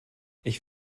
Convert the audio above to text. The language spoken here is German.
ich